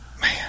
Man